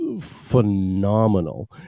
phenomenal